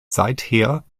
seither